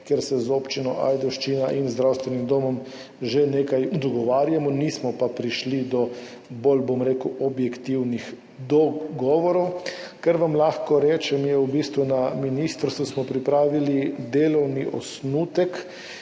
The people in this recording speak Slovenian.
kjer se z občino Ajdovščina in zdravstvenim domom že nekaj dogovarjamo, nismo pa prišli do bolj objektivnih dogovorov. Kar vam lahko rečem, na ministrstvu smo pripravili delovni osnutek,